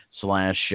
slash